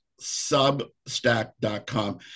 Substack.com